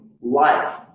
life